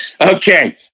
Okay